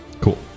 Cool